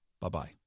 Bye-bye